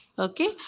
Okay